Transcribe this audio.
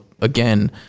again